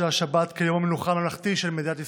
השבת כיום מנוחה ממלכתי של מדינת ישראל,